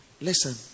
Listen